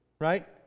right